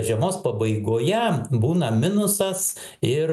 žiemos pabaigoje būna minusas ir